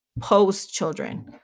post-children